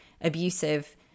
abusive